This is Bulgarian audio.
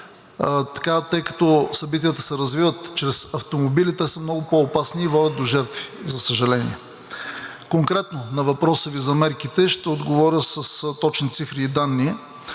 тъй като събитията се развиват чрез автомобили, а те са много по-опасни и водят до жертви, за съжаление. Конкретно на въпроса Ви за мерките ще отговоря с точни цифри и данни.